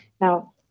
Now